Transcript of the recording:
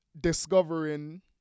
discovering